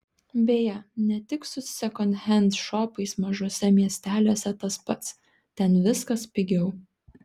beje ne tik su sekondhend šopais mažuose miesteliuose tas pats ten viskas pigiau